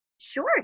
Sure